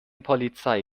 polizei